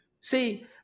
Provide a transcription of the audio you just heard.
See